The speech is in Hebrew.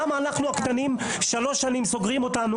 למה אנחנו הקטנים, שלוש שנים סוגרים אותנו.